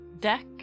deck